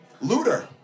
looter